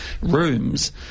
rooms